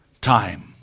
time